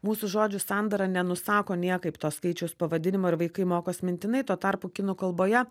mūsų žodžių sandara nenusako niekaip to skaičiaus pavadinimo ir vaikai mokos mintinai tuo tarpu kinų kalboje